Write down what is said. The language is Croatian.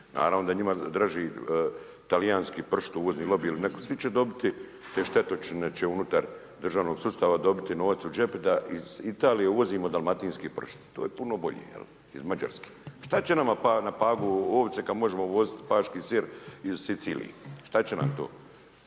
naravno da je njima draži talijanski pršut, uvozni lobiji ili neko, svi će dobiti, te štetočine će unutar državnog sustava dobiti novac u džep da iz Italije uvozimo dalmatinski pršut, to je puno bolje, jel. Iz Mađarske. Šta će nama na Pagu ovce kad možemo uvoziti paški sir iz Sicilije, šta će nam to?